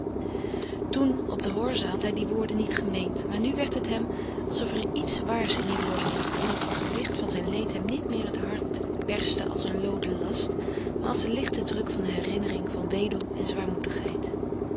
toen op de horze had hij die woorden niet gemeend maar nu werd het hem alsof er iets waars in die woorden lag en of het gewicht van zijn leed hem niet meer het hart perste als een looden last maar als de lichte druk eener herinnering van weedom en zwaarmoedigheid